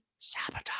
Sabotage